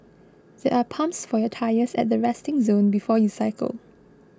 there are pumps for your tyres at the resting zone before you cycle